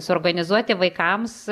suorganizuoti vaikams